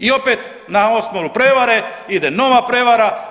I opet na osnovu prevare ide nova prevara.